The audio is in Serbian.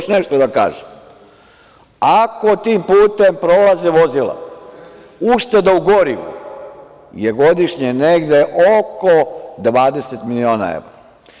Još nešto da kažem, ako tim putem prolaze vozila, ušteda u gorivu je godišnje negde oko 20 miliona evra.